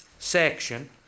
section